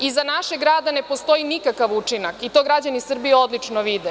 Iza našeg rada ne postoji nikakav učinak i to građani Srbije odlično vide.